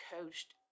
coached